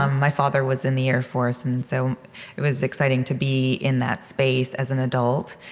um my father was in the air force, and so it was exciting to be in that space as an adult.